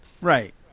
Right